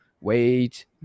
wait